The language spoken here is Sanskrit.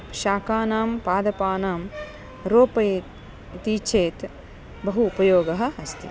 शाकानां पादपानां रोपयेत् इति चेत् बहु उपयोगः अस्ति